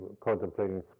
contemplating